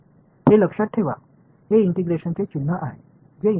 எனவே நான் அடுத்து என்ன செய்ய வேண்டும் என்று நீங்கள் நினைக்கிறீர்கள்